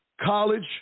College